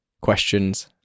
questions